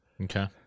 Okay